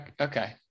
Okay